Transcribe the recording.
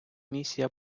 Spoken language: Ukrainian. місія